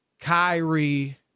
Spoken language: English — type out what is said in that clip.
Kyrie